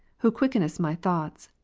who quickenest my thoughts,